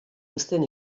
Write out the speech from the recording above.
uzten